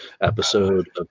episode